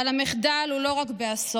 אבל המחדל הוא לא רק באסון,